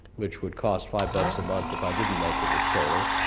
which would cost five bucks a month if i didn't make it with solar,